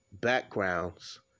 backgrounds